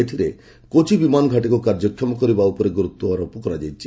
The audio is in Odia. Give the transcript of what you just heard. ଏଥିରେ କୋଚି ବିମାନଘାଟିକୁ କାର୍ଯ୍ୟକ୍ଷମ କରିବା ଉପରେ ଗୁରୁତ୍ୱ ଦିଆଯାଇଥିଲା